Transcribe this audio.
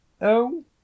Oh